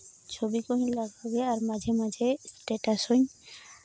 ᱪᱷᱚᱵᱤ ᱠᱚᱦᱚᱧ ᱞᱟᱜᱟᱣ ᱜᱮᱭᱟ ᱟᱨ ᱢᱟᱡᱷᱮ ᱢᱟᱡᱷᱮ ᱥᱴᱮᱴᱟᱥ ᱦᱚᱧ